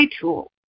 tool